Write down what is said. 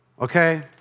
okay